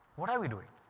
what are we doing?